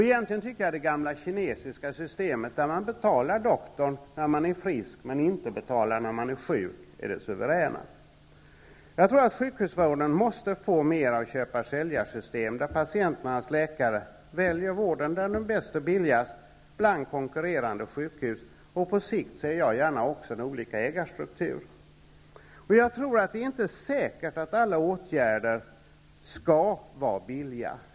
Egentligen tycker jag att det gamla kinesiska systemet, där man betalar doktorn när man är frisk men inte när man är sjuk, är det suveräna. Sjukhusvården måste få mer av köpar och säljarsystem, där patienten och hans läkare väljer vården där den är bäst och billigast bland konkurrerande sjukhus. På sikt ser jag gärna också olika ägarstrukturer. Det är inte säkert att alla åtgärder skall vara billiga.